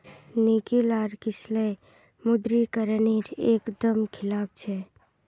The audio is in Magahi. निकिल आर किसलय विमुद्रीकरण नेर एक दम खिलाफ छे